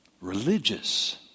religious